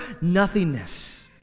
nothingness